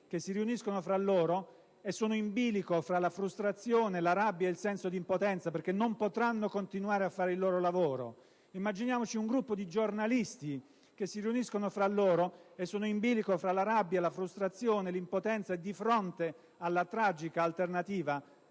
che si riuniscono fra loro e sono in bilico tra la frustrazione, la rabbia e il senso di impotenza, perché non potranno continuare a fare il loro lavoro. Immaginiamoci un gruppo di giornalisti che si riuniscono fra loro e sono in bilico tra la rabbia, la frustrazione, l'impotenza di fronte alla tragica alternativa